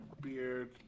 beard